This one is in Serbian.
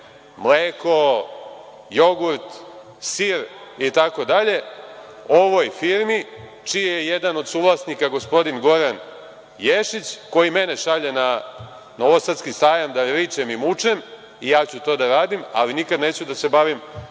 mleko, jogurt, sir, itd, ovoj firmi čiji je jedan od suvlasnika gospodin Goran Ješić, koji mene šalje na Novosadski sajam da ričem i mučem, i ja ću to da radim, ali nikad neću da se bavim